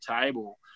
table